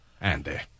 Andy